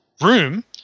room